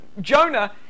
Jonah